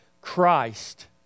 Christ